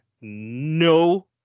no